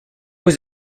was